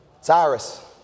Cyrus